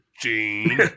Gene